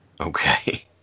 Okay